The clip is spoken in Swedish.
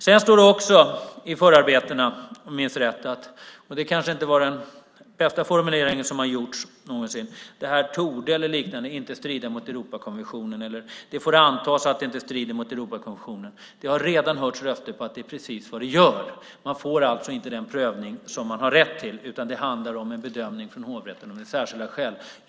Det står i förarbetena - det kanske inte var den bästa formulering som gjorts - att detta inte "torde" strida mot Europakonventionen, eller att det "får antas" att det inte strider mot Europakonventionen. Det har redan hörts röster om att det är precis vad det gör. Man får alltså inte den prövning som man har rätt till. Det handlar om en bedömning från hovrätten om det är särskilda skäl.